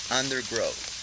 undergrowth